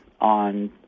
on